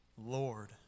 Lord